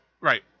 Right